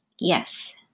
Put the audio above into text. Yes